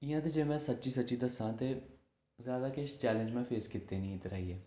इं'या ते जे मैं सच्ची सच्ची दस्सां ते जादै किश चैलेंज मैं फेस कीते निं इत्थें आइयै